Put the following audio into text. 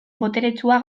boteretsua